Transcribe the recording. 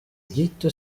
gito